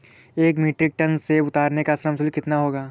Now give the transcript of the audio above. एक metric tonne सेव उतारने का श्रम शुल्क कितना होगा?